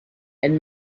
and